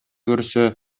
көрсө